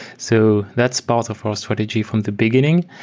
so that's part of our strategy from the beginning.